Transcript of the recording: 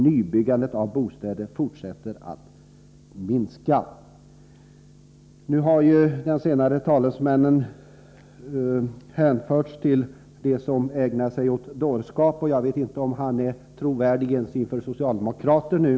Nybyggandet av bostäder fortsätter att minska—-—.” Bertil Whinberg hör ju till dem som nu har påståtts ägna sig åt ”dårskap”, så jag vet inte om han längre är trovärdig för socialdemokrater.